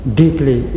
deeply